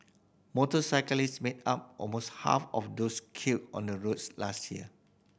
motorcyclists made up almost half of those killed on the roads last year